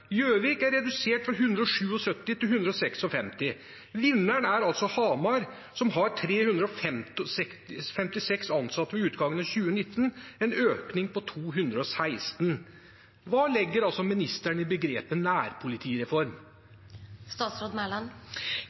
Vinneren er Hamar, som hadde 356 ansatte ved utgangen av 2019. Det er en økning på 216 ansatte. Hva legger statsråden i begrepet